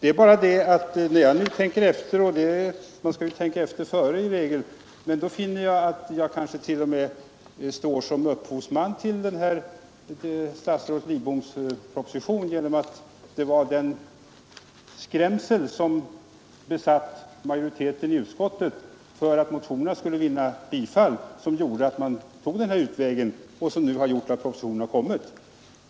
När jag nu tänker efter — jag är medveten om att man i regel bör ”tänka efter före” — finner jag att jag kanske t.o.m. står som upphovsman till statsrådet Lidboms proposition genom att det var den rädsla som besatt majoriteten i utskottet inför att motionerna skulle vinna bifall som gjorde att man valde den utväg, vilken nu lett till den nu framlagda propositionen.